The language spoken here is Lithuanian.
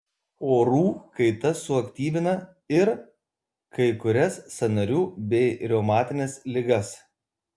orų kaita suaktyvina ir kai kurias sąnarių bei reumatines ligas